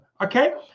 Okay